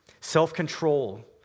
self-control